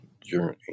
journey